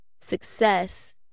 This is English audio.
success